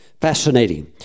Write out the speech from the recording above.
Fascinating